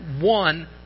one